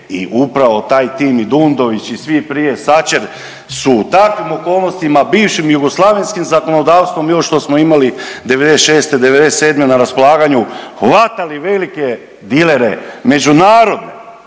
i upravo taj tim i Dundović i svi prije, Sačer su u takvim okolnostima, bivšim jugoslavenskim zakonodavstvom još što smo imali '96, '97. na raspolaganju hvatali velike dilere međunarodne